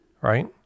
right